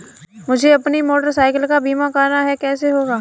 मुझे अपनी motorcycle का बीमा करना है कैसे होगा?